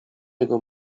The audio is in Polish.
jego